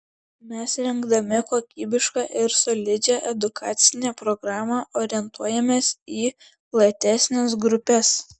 mes rengdami kokybišką ir solidžią edukacinę programą orientuojamės į platesnes grupes